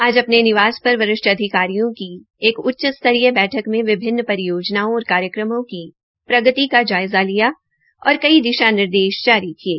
आज अपने निवास पर वरिष्ठ अधिकारियों की एक उच्च स्तरीय बैठक में विभिन्न योजनाओं और कार्यक्रमों की प्रगति का जायज़ा लिया और कई दिशा निर्देश जारी किये